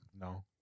No